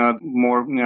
more